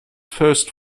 first